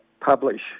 publish